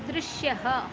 दृश्यः